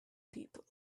people